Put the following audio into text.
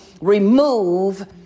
remove